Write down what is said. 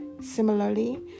Similarly